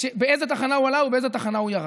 באיזו תחנה הוא עלה ובאיזו תחנה הוא ירד.